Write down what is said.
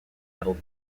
medal